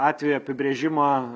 atvejo apibrėžimo